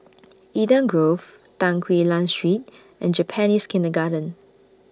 Eden Grove Tan Quee Lan Street and Japanese Kindergarten